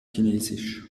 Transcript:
chinesisch